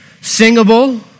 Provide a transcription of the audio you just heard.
singable